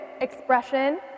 expression